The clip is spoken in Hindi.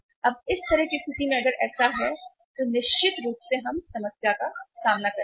अब इस तरह की स्थिति में अगर ऐसा है तो निश्चित रूप से हम समस्या का सामना करेंगे